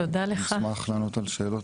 אני אשמח לענות על שאלות.